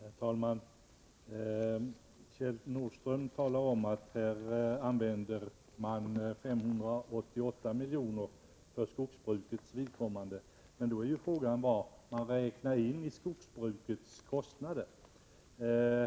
Herr talman! Kjell Nordström talade om att man använder 588 miljoner för skogsbrukets vidkommande, men då är ju frågan vad man räknar in i skogsbrukets kostnader.